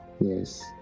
Yes